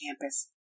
campus